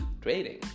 trading